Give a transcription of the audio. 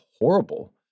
horrible